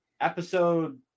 episode